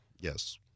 Yes